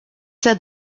said